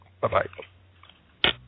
Bye-bye